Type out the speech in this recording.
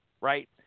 right